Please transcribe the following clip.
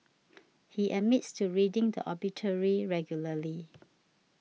he admits to reading the obituary regularly